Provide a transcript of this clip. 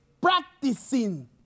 practicing